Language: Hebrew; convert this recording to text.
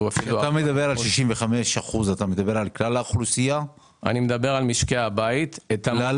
כשאתה מדבר על 65%, האם אתה